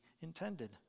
intended